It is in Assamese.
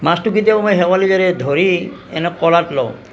মাছটো কেতিয়াবা মই শেৱালী জালেৰে ধৰি এনে কোলাত লওঁ